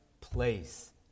place